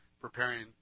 preparing